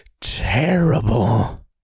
terrible